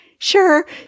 Sure